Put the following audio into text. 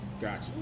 Gotcha